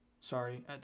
Sorry